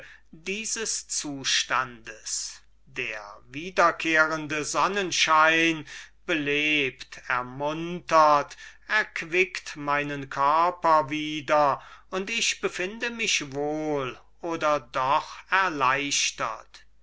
dieses zustands der wiederkehrende sonnenschein belebt ermuntert erquicket meinen körper wieder und ich befinde mich wohl oder doch erleichtert